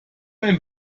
ein